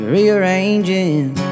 Rearranging